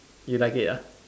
you like it ah